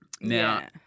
Now